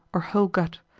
or whole gut,